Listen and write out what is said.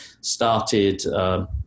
started